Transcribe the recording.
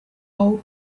old